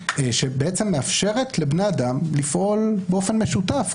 שמאפשרת לבני אדם לפעול באופן משותף,